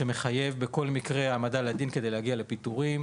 שמחייב בכל מקרה העמדה לדין כדי להגיע לפיטורים,